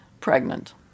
pregnant